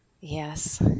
yes